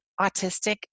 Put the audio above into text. autistic